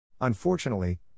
Unfortunately